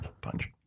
Punch